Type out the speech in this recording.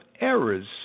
errors